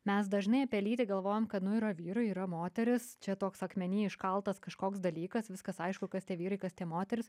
mes dažnai apie lytį galvojam kad nu yra vyrai yra moterys čia toks akmeny iškaltas kažkoks dalykas viskas aišku kas tie vyrai kas tie moterys